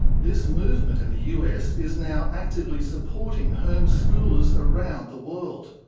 this movement in the us is now actively supporting homeschoolers around the world.